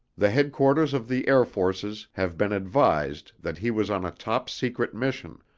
the headquarters of the air forces have been advised that he was on a top secret mission.